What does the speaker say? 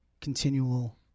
continual